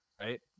right